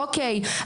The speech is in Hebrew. אוקי,